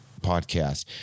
podcast